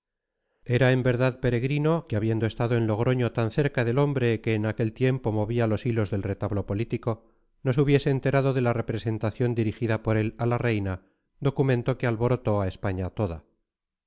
era en verdad peregrino que habiendo estado en logroño tan cerca del hombre que en aquel tiempo movía los hilos del retablo político no se hubiese enterado de la representación dirigida por él a la reina documento que alborotó a españa toda